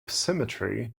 symmetry